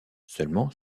seulement